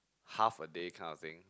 half a day kind of thing